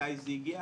מתי זה הגיע,